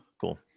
Cool